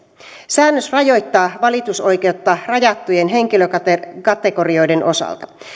säännös rajoittaa valitusoikeutta rajattujen henkilökategorioiden osalta